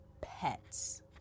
pets